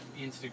Instagram